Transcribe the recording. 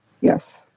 Yes